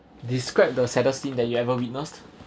describe the saddest thing that you ever witnessed